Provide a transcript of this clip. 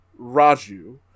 Raju